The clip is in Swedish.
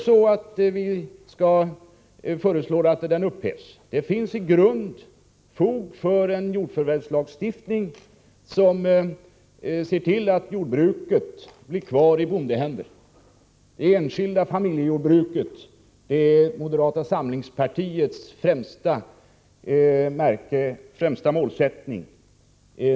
Vi vill inte att den helt upphävs, för det finns i grunden fog för en jordförvärvslagstiftning som ser till att jordbruket blir kvar i bondehänder. Det enskilda familjejordbruket är ju moderata samlingspartiets målsättning.